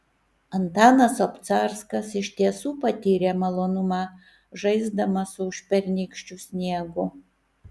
antanas obcarskas iš tiesų patyrė malonumą žaisdamas su užpernykščiu sniegu